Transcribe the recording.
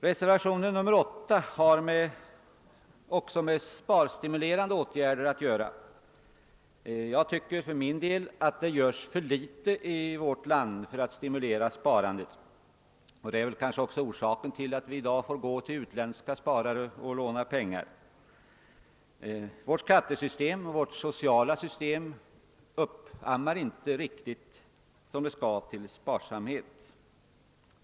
Reservationen 8 har också med sparstimulerande åtgärder att göra. Jag tycker för min del att det görs för litet i vårt land för att stimulera sparandet. Och det är kanske orsaken till att vi i dag får gå till utländska sparare och låna pengar. Vårt skattesystem och vårt sociala system uppammar inte riktigt till sparsamhet.